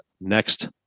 next